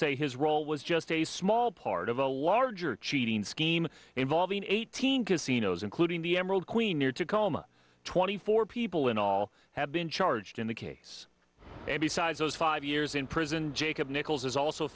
say his role was just a small part of a larger cheating scheme involving eighteen casinos including the emerald queen near tacoma twenty four people in all have been charged in the case and besides those five years in prison jacob nichols is also